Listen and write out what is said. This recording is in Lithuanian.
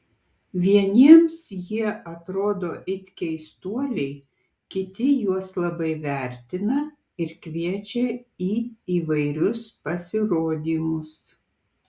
vieniems jie atrodo it keistuoliai kiti juos labai vertina ir kviečia į įvairius pasirodymus